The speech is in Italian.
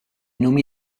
nomi